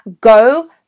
go